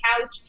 couch